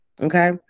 Okay